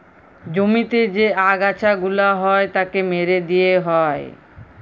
জমিতে যে আগাছা গুলা হ্যয় তাকে মেরে দিয়ে হ্য়য়